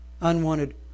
unwanted